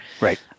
Right